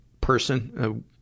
person